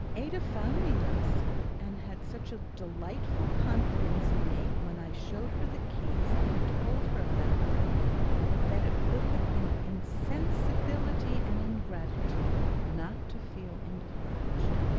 ada found me thus and had such a delightful confidence in me when i showed her the keys and told her about them that it would have been insensibility and ingratitude not to feel encouraged.